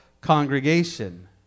congregation